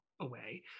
away